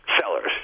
sellers